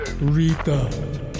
Rita